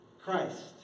Christ